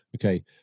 Okay